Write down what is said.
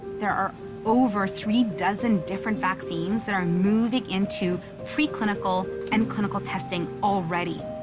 there are over three dozen different vaccines that are moving into preclinical and clinical testing already.